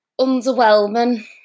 underwhelming